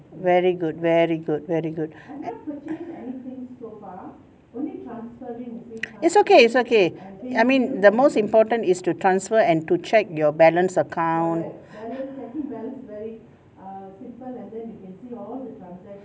very good very good very good it's okay it's okay I mean the most important is to transfer and to check your balance account